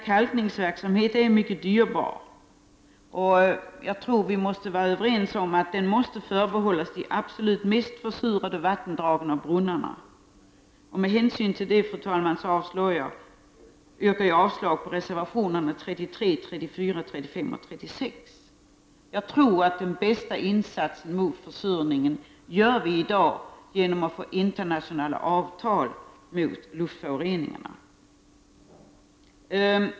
Kalkningsverksamheten är mycket dyrbar, och jag tror att vi måste vara överens om att den skall förbehållas de absolut mest försurade vattendragen och brunnarna. Med hänsyn till det, fru talman, yrkar jag avslag på reservationerna 33, 34, 35 och 36. Jag tror att den bästa insatsen mot försurningen gör vi i dag genom att få till stånd internationella avtal mot luftföroreningarna.